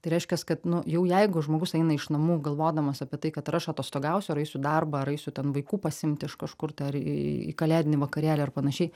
tai reiškias kad nu jau jeigu žmogus eina iš namų galvodamas apie tai kad ar aš atostogausiu ar eisiu į darbą ar eisiu ten vaikų pasiimt iš kažkur tai ar į kalėdinį vakarėlį ar panašiai